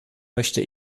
möchte